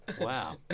Wow